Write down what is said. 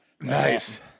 Nice